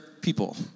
people